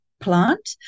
plant